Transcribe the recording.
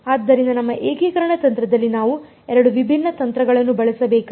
ಆದ್ದರಿಂದ ನಮ್ಮ ಏಕೀಕರಣ ತಂತ್ರದಲ್ಲಿ ನಾವು 2 ವಿಭಿನ್ನ ತಂತ್ರಗಳನ್ನು ಬಳಸಬೇಕಾಗಿದೆ